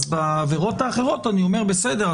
אז בעבירות האחרות אני אומר בסדר,